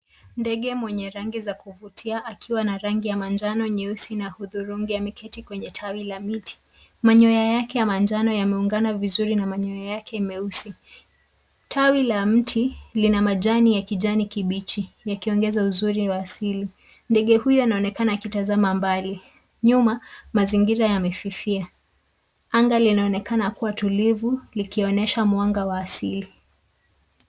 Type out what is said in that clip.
Ndege mwenye rangi za kuvutia akiwa na rangi ya manjano , nyeusi na hudhurungi ameketi kwenye tawi la miti. Manyoya yake ya manjano yameungana vizuri na manyoya yake meusi. Tawi la mti lina majani ya kijani kibichi yakiongeza uzuri wa asili. Ndege huyu anaonekana akitazama mbali. Nyuma, mazingira yamefifia. Anga linaonekana kuwa tulivu likionyesha mwanga wa asili.